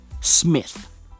Smith